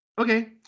Okay